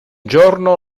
giorno